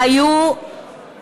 היו